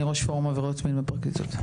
אני ראש פורום עבירות מין בפרקליטות.